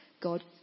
God